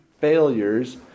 failures